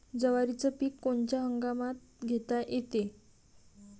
जवारीचं पीक कोनच्या हंगामात घेता येते?